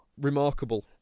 Remarkable